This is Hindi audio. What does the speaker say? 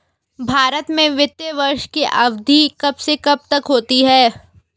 भारत में वित्तीय वर्ष की अवधि कब से कब तक होती है?